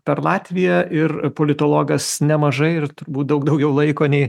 per latviją ir politologas nemažai ir turbūt daug daugiau laiko nei